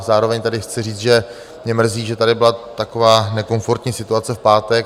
Zároveň tedy chci říct, že mě mrzí, že tady byla taková nekomfortní situace v pátek.